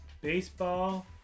baseball